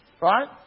Right